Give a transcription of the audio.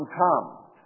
come